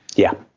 yeah.